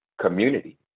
community